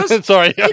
Sorry